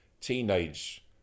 teenage